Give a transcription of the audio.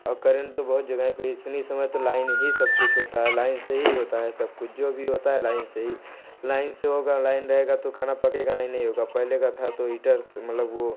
और करेंट तो बहुत जगह पर इतनी समय तो लाइन ही सब कुछ होता है लाइन से ही होता है सब कुछ जो भी होता है लाइन से ही लाइन से होगा लाइन रहेगा तो खाना पकेगा नहीं नहीं होगा पहले का था तो हीटर मतलब वह